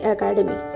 Academy